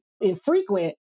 infrequent